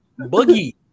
Boogie